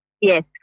Yes